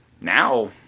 Now